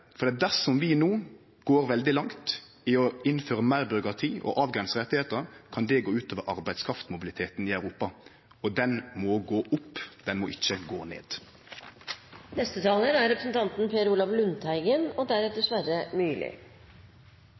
dersom vi no går veldig langt i å innføre meir byråkrati og avgrense rettar, kan det gå ut over arbeidskraftmobiliteten i Europa, og han må gå opp – ikkje ned. Regjeringa, ved statsråd Helgesen, jobber for en systematisk EU- og